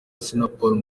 assinapol